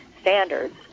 standards